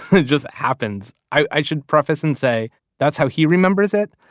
it just happens. i should preface and say that's how he remembers it.